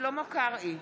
שלמה קרעי,